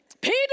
Peter